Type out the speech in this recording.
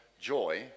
joy